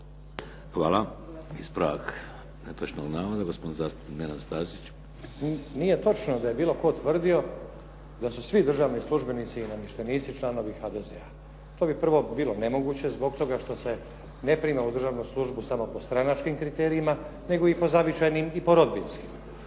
Hvala. Ispravak netočnog navoda gospodin zastupnik Nenad Stazić. **Stazić, Nenad (SDP)** Nije točno da je bilo tko tvrdio da su svi državni službenici i namještenici članovi HDZ-a. To bi prvo bilo nemoguće zbog toga što se ne prima u državnu službu samo po stranačkim kriterijima nego i po zavičajnim i po rodbinskim.